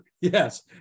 Yes